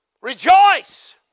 rejoice